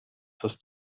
das